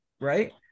right